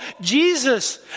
Jesus